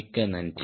மிக்க நன்றி